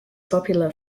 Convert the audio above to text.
popular